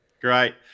Great